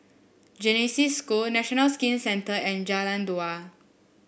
Genesis School National Skin Centre and Jalan Dua